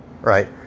right